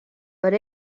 per